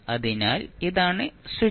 അതിനാൽ ഇതാണ് സ്വിച്ച്